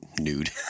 nude